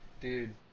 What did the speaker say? Dude